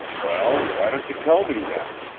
well, why don't you tell me, then?